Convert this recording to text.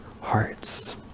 hearts